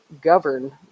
govern